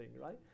right